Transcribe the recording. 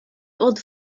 old